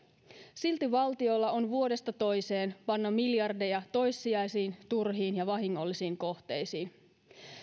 silti valtiolla on vuodesta toiseen panna miljardeja toissijaisiin turhiin ja vahingollisiin kohteisiin